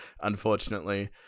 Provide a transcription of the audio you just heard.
unfortunately